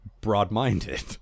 broad-minded